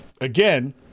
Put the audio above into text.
Again